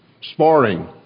sparring